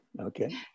okay